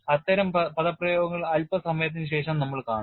അത്തരം പദപ്രയോഗങ്ങൾ അൽപ്പസമയത്തിനുശേഷം നമ്മൾ കാണും